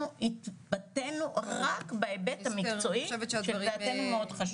אנחנו התבטאנו רק בהיבט המקצועי שלדעתנו מאוד חשוב.